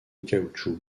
caoutchouc